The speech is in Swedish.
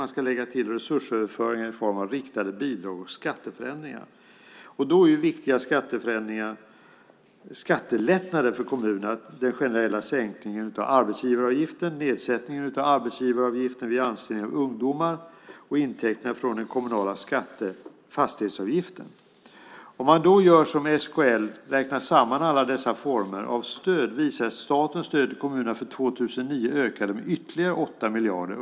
Man ska lägga till resursöverföring i form av riktade bidrag och skatteförändringar. Då är viktiga skattelättnader för kommunerna den generella sänkningen av arbetsgivaravgiften vid anställning av ungdomar och intäkterna från den kommunala fastighetsavgiften. Om man då gör som SKL och räknar samman alla dessa former av stöd visar det sig att statens stöd för kommunerna för 2009 ökade med ytterligare 8 miljarder.